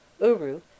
Uru